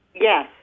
Yes